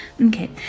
Okay